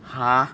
!huh!